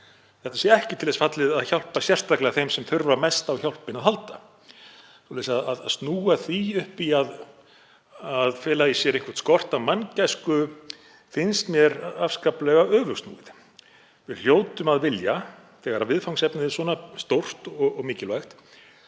þetta sé ekki til þess fallið að hjálpa sérstaklega þeim sem þurfa mest á hjálpinni að halda. Svoleiðis að snúa því upp í að fela í sér einhvern skort á manngæsku finnst mér afskaplega öfugsnúið. Við hljótum að vilja þegar viðfangsefnið er svona stórt og mikilvægt